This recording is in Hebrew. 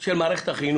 של מערכת החינוך.